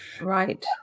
Right